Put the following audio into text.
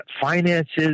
finances